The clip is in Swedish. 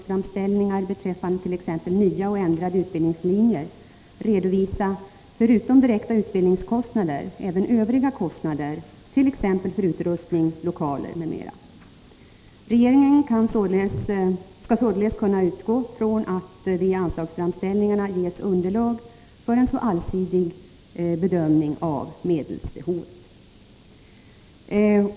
framställningar beträffande t.ex. nya och ändrade utbildningslinjer redovisa, förutom direkta utbildningskostnader, även övriga kostnader, t.ex. för utrustning, lokaler m.m. Regeringen skall således kunna utgå från att det i anslagsframställningarna ges underlag för en allsidig bedömning av medelsbehoven.